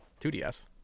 2DS